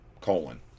Colon